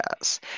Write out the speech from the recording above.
yes